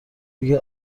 دیگه